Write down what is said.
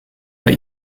bei